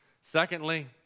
Secondly